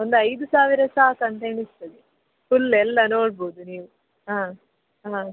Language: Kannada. ಒಂದು ಐದು ಸಾವಿರ ಸಾಕು ಅಂತ ಎಣಿಸ್ತದೆ ಫುಲ್ ಎಲ್ಲ ನೋಡ್ಬೌದು ನೀವು ಹಾಂ ಹಾಂ